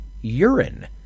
urine